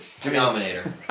Denominator